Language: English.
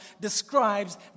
describes